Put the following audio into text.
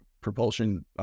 propulsion